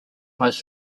most